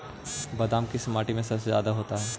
बादाम किस माटी में सबसे ज्यादा होता है?